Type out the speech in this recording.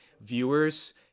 viewers